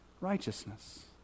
righteousness